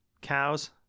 cows